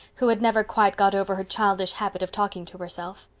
who had never quite got over her childish habit of talking to herself.